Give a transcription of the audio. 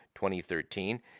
2013